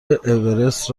اورست